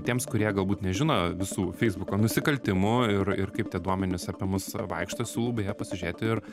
tiems kurie galbūt nežino visų feisbuko nusikaltimų ir ir kaip tie duomenys apie mus vaikšto siūlau beje pasižiūrėti ir